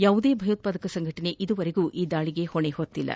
ಯಾವುದೇ ಭಯೋತ್ವಾದಕ ಸಂಘಟನೆ ಇದುವರೆಗೆ ಈ ದಾಳಿಗೆ ಹೊಣೆ ಹೊತ್ತಿಲ್ಲ